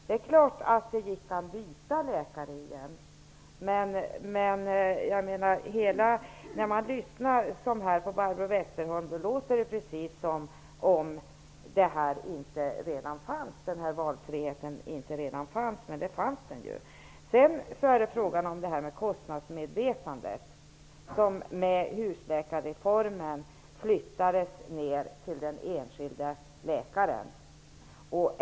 Det är klart att man kan byta läkare igen. När man lyssnar på Barbro Westerholm låter det som det inte redan fanns en valfrihet. Men en sådan har ju funnits tidigare också. Sedan till detta med kostnadsmedvetandet. I och med husläkarreformen flyttades det här över till den enskilde läkaren.